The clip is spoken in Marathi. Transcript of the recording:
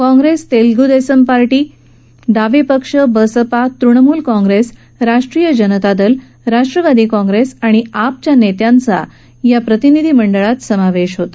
काँप्रेस तेलगु देसम पार्टी डावे पक्ष बसपा तृणमूल काँप्रेस राष्ट्रीय जनता दल राष्ट्रवादी काँप्रेस आणि आपच्या नेत्यांचा या प्रतिनिधीमंडळात समावेश होता